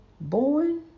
born